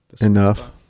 Enough